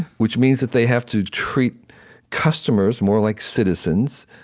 which means that they have to treat customers more like citizens,